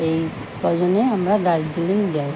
এই প্রয়োজনে আমরা দার্জিলিং যাই